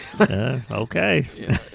Okay